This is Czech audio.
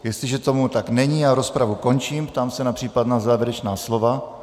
Jestliže tomu tak není, rozpravu končím a ptám se na případná závěrečná slova.